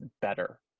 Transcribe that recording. better